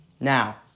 Now